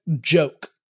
joke